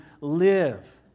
live